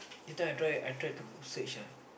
later I try I try to search ah